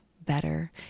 better